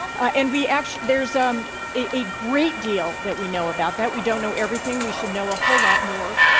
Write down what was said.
and we actually there's um a a great deal that we know about that. we don't know everything. we should know a whole lot more.